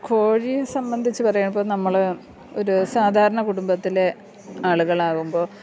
കോഴി സംബന്ധിച്ചു പറയുമ്പം നമ്മൾ ഒരു സാധാരണ കുടുംബത്തിലെ ആളുകളാകുമ്പോൾ